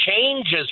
changes